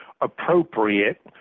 appropriate